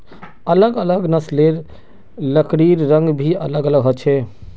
अलग अलग नस्लेर लकड़िर रंग भी अलग ह छे